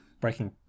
breaking